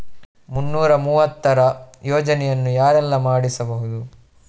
ಮುನ್ನೂರ ಮೂವತ್ತರ ಯೋಜನೆಯನ್ನು ಯಾರೆಲ್ಲ ಮಾಡಿಸಬಹುದು?